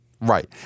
Right